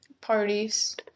parties